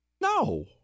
No